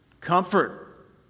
Comfort